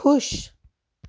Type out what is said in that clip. ਖੁਸ਼